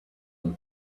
and